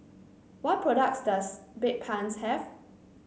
what products does Bedpans have